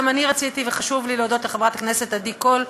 גם אני רציתי וחשוב לי להודות לחברת הכנסת עדי קול.